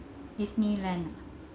Disneyland